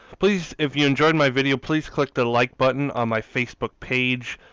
please if you enjoy my video, please click the like button on my facebook page.